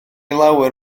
lawer